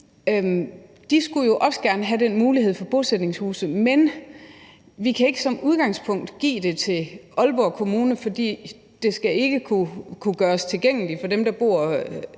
at de også gerne skulle have den mulighed for bosætningshuse, men vi kan som udgangspunkt ikke give det til Aalborg Kommune, fordi det ikke skal kunne gøres tilgængeligt for dem, der bor